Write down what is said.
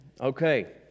Okay